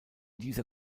dieser